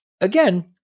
Again